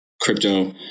crypto